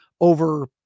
over